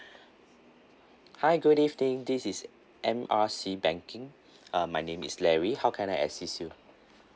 hi good evening this is M R C banking uh my name is larry how can I assist you